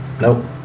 Nope